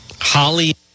Holly